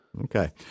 Okay